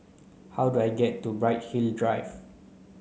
how do I get to Bright Hill Drive